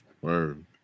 Word